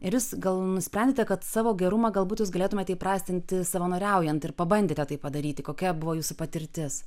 ir jūs gal nusprendėte kad savo gerumą galbūt jūs galėtumėte įprasminti savanoriaujant ir pabandėte tai padaryti kokia buvo jūsų patirtis